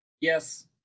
Yes